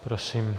Prosím.